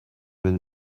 will